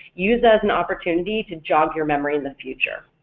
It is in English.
use as an opportunity to jog your memory in the future.